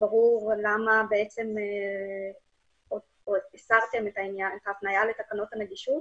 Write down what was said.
ברור למה הסרתם את הפנייה לתקנות הנגישות.